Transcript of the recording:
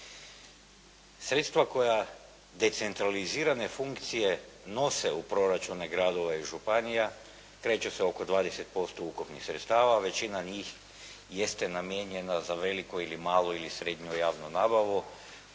Sredstva koja decentralizirane funkcije nose u proračune gradova i županija kreću se oko 20% ukupnih sredstava. Većina njih jeste namijenjena za veliku ili malu ili srednju javnu nabavu,